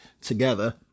together